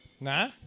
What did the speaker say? Nah